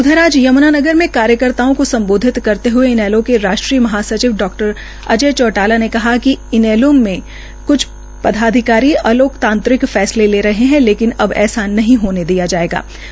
उधर आज य्म्नानगर में कार्यकर्ताओं को सम्बोधित करते हुए इनेलो के राष्ट्रीय महासचिव डा अजय चौटाला ने कहा कि इनेलो में कुछ पदाधिकारी अलोकतंत्रिक फ्रसले ले रहे ह लेकिन अब वह ऐसा नहीं होने देंगे